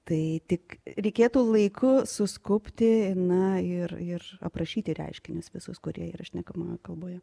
tai tik reikėtų laiku suskubti na ir ir aprašyti reiškinius visus kurie yra šnekamojoje kalboje